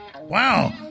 Wow